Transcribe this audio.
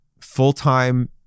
full-time